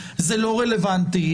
אז זה לא רלוונטי,